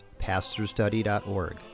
pastorstudy.org